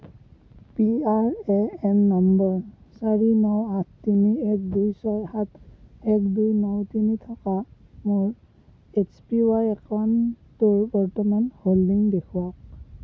P R A N number চাৰি ন আঠ তিনি এক দুই ছয় সাত এক দুই ন তিনি থকা মোৰ এইচ পি ৱাই একাউণ্টটো বৰ্তমান হোল্ডিং দেখুৱাওক